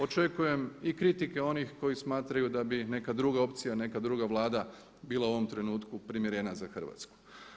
Očekujem i kritike onih koji smatraju da bi neka druga opcija, neka druga Vlada bila u ovom trenutku primjerena za Hrvatsku.